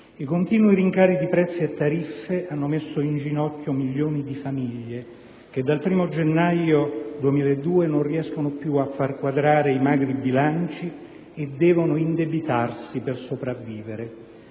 I continui rincari di prezzi e tariffe hanno messo in ginocchio milioni di famiglie che, dal 1° gennaio 2002, non riescono più a far quadrare i magri bilanci e devono indebitarsi per sopravvivere.